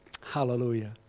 Hallelujah